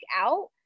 out